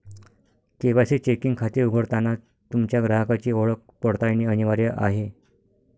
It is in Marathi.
के.वाय.सी चेकिंग खाते उघडताना तुमच्या ग्राहकाची ओळख पडताळणे अनिवार्य आहे